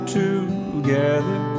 together